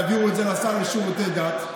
יעבירו את זה לשר לשירותי דת.